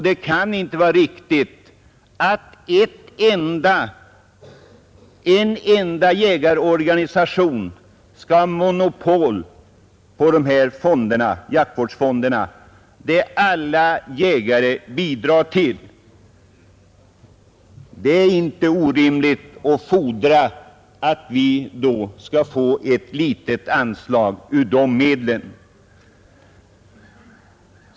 Det kan inte vara riktigt att en enda jägarorganisation skall ha monopol på jaktvårdsfonderna, som alla jägare bidrar till. Det är inte orimligt att fordra att vi skall få ett litet anslag ur dessa medel.